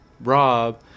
Rob